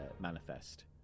manifest